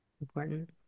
important